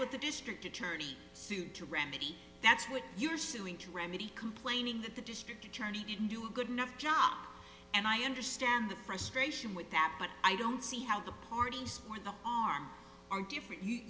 what the district attorney sued to remedy that's what you're suing to remedy complaining that the district attorney didn't do a good enough job and i understand the frustration with that but i don't see how the parties for the army are different you